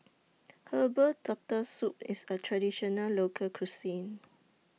Herbal Turtle Soup IS A Traditional Local Cuisine